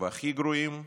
והכי גרועים,